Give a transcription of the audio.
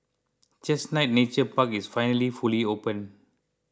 Chestnut Nature Park is finally fully open